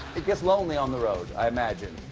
it gets lonely on the road, i imagine,